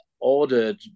ordered